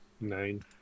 Nine